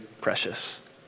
precious